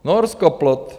Norsko plot.